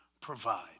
provide